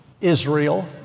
Israel